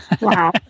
Wow